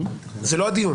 זה לא הדיון.